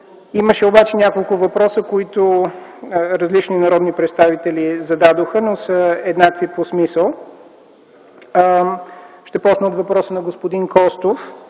Имаше обаче няколко въпроса, които различни народни представители зададоха, но са еднакви по смисъл. Ще започна от въпроса на господин Костов.